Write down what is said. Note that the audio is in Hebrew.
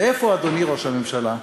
ואיפה אדוני ראש הממשלה?